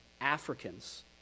Africans